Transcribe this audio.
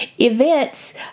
events